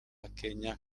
kenya